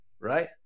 right